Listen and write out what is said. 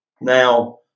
Now